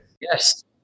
Yes